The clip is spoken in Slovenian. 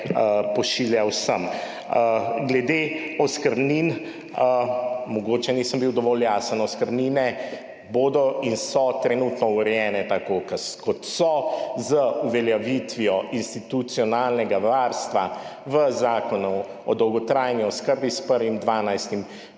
pošilja vsem. Glede oskrbnin mogoče nisem bil dovolj jasen. Oskrbnine bodo in so trenutno urejene tako, kot so, z uveljavitvijo institucionalnega varstva v Zakonu o dolgotrajni oskrb s 1. 12.